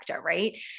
right